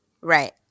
Right